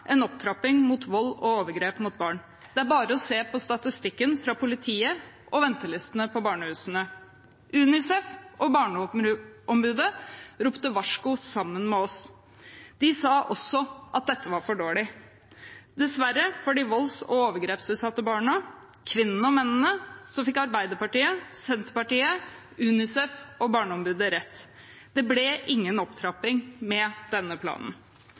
en opptrapping mot vold og overgrep mot barn. Det er bare å se på statistikken fra politiet og ventelistene på barnehusene. UNICEF og Barneombudet ropte varsko sammen med oss. De sa også at dette var for dårlig. Dessverre for de volds- og overgrepsutsatte barna, kvinnene og mennene fikk Arbeiderpartiet, Senterpartiet, UNICEF og Barneombudet rett. Det ble ingen opptrapping med denne planen.